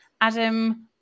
Adam